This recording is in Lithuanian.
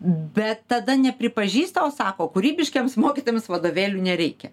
bet tada nepripažįsta o sako kūrybiškiems mokytojams vadovėlių nereikia